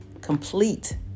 complete